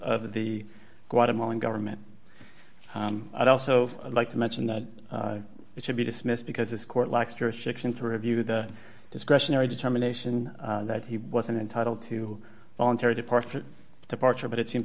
of the guatemalan government and i'd also like to mention that it should be dismissed because this court lacks jurisdiction to review the discretionary determination that he wasn't entitled to a voluntary departure departure but it seems